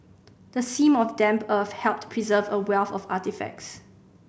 the seam of damp earth helped preserve a wealth of artefacts